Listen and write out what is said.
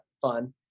fun